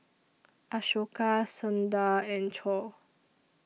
Ashoka Sundar and Choor